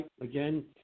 Again